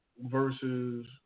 versus